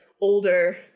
older